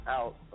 out